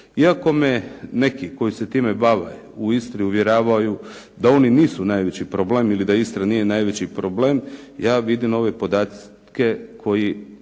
Iako me neki koji se time bave u Istri uvjeravaju da oni nisu najveći problem ili da Istra nije najveći problem, ja vidim ove podatke koje